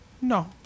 No